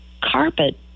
carpet